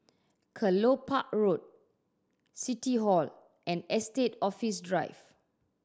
Kelopak Road City Hall and Estate Office Drive